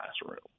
classroom